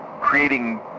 creating